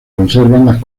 conservan